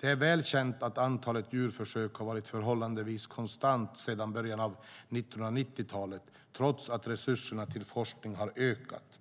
Det är väl känt att antalet djurförsök har varit förhållandevis konstant sedan början av 1990-talet trots att resurserna till forskningen har ökat.